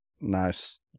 Nice